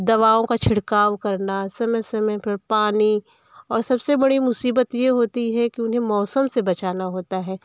दवाओं का छिड़काव करना समय समय पर पानी और सबसे बड़ी मुसीबत यह होती है कि उन्हें मौसम से बचाना होता है